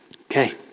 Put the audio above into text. Okay